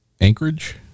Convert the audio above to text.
anchorage